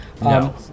No